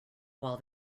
while